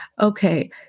Okay